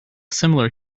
similar